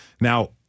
Now